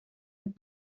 het